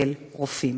של רופאים.